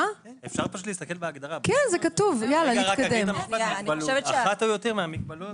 אפשר להסתכל בהגדרה, "אחת או יותר מהמוגבלויות".